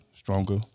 Stronger